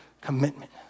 commitment